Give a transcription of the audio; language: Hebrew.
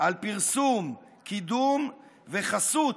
על פרסום, קידום וחסות